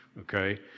okay